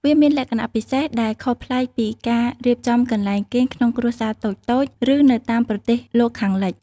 វាមានលក្ខណៈពិសេស ដែលខុសប្លែកពីការរៀបចំកន្លែងគេងក្នុងគ្រួសារតូចៗ ឬនៅតាមប្រទេសលោកខាងលិច។